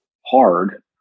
hard